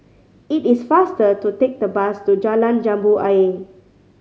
it is faster to take the bus to Jalan Jambu Ayer